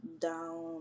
down